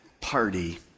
party